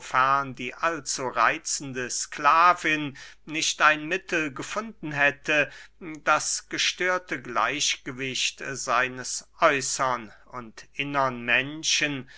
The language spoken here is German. wofern die allzureitzende sklavin nicht ein mittel gefunden hätte das gestörte gleichgewicht seines äußern und innern menschen